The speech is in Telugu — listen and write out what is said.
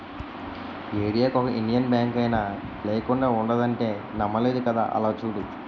ఏరీయాకి ఒక ఇండియన్ బాంకైనా లేకుండా ఉండదంటే నమ్మలేదు కదా అలా చూడు